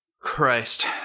Christ